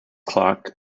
clark